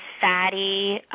fatty